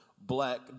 black